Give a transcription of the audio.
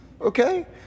Okay